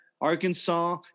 Arkansas